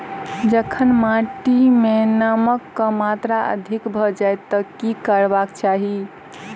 जखन माटि मे नमक कऽ मात्रा अधिक भऽ जाय तऽ की करबाक चाहि?